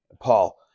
Paul